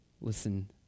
listen